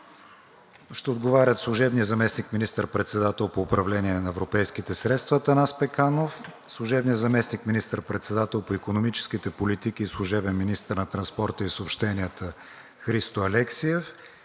ще отговарят: - служебният заместник министър-председател по управление на европейските средства Атанас Пеканов; - служебният заместник министър-председател по икономическите политики и служебен министър на транспорта и съобщенията Христо Алексиев;